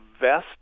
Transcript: vest